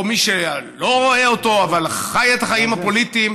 או מי שלא רואה אותו אבל חי את החיים הפוליטיים,